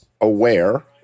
aware